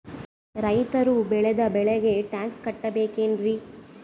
ರೈತರು ಬೆಳೆದ ಬೆಳೆಗೆ ಟ್ಯಾಕ್ಸ್ ಕಟ್ಟಬೇಕೆನ್ರಿ?